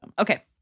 Okay